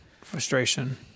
frustration